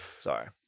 Sorry